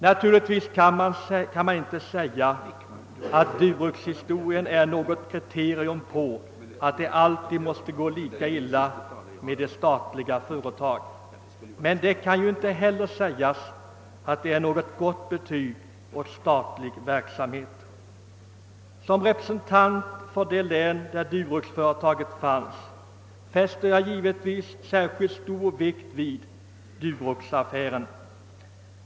Naturligtvis kan man inte påstå att Duroxhistorien är något belägg för att det alltid måste gå lika illa med statliga företag, men den kan ju inte heller sägas vara ett gott betyg åt statlig verksamhet. Som representant för det län där Duroxföretaget fanns fäster jag givetvis särskilt stor vikt vid Duroxaffären.